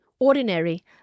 ordinary